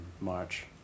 March